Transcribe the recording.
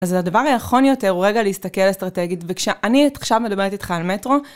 אז הדבר הנכון יותר הוא רגע להסתכל אסטרטגית, וכשאני עכשיו מדברת איתך על מטרו.